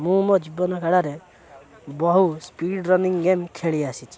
ମୁଁ ମୋ ଜୀବନ କାଳାରେ ବହୁ ସ୍ପିଡ଼୍ ରନିଂ ଗେମ୍ ଖେଳିଆସିଛି